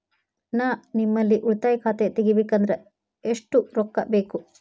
ನಾ ನಿಮ್ಮಲ್ಲಿ ಉಳಿತಾಯ ಖಾತೆ ತೆಗಿಬೇಕಂದ್ರ ಎಷ್ಟು ರೊಕ್ಕ ಬೇಕು?